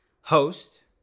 Host